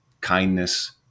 kindness